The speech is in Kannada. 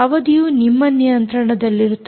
ಅವಧಿಯು ನಿಮ್ಮ ನಿಯಂತ್ರಣದಲ್ಲಿರುತ್ತದೆ